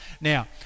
Now